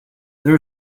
there